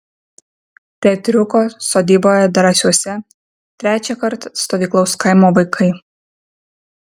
teatriuko sodyboje drąsiuose trečiąkart stovyklaus kaimo vaikai